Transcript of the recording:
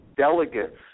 delegates